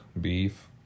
beef